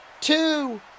two